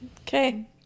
Okay